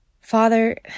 Father